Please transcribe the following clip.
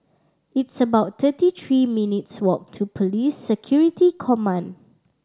it's about thirty three minutes' walk to Police Security Command